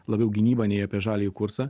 labiau gynybą nei apie žaliąjį kursą